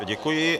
Děkuji.